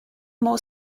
more